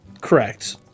correct